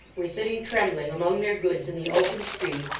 were sitting trembling among their goods in the open street,